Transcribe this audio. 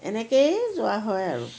এনেকেই যোৱা হয় আৰু